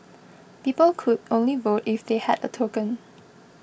people could only vote if they had a token